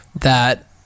that-